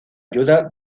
ayuda